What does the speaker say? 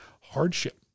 hardship